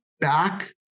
back